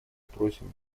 просим